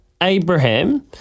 Abraham